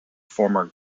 former